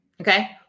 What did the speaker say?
okay